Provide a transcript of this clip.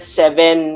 seven